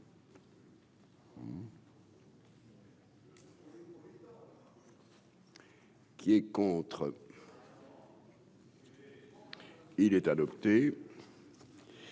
Qui est contre. Et il est adopté.